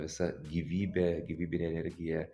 visa gyvybė gyvybinė energija